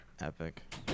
Epic